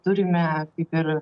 turime kaip ir